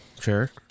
Sure